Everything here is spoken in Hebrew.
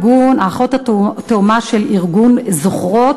הארגון הוא האחות התאומה של ארגון "זוכרות",